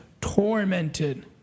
tormented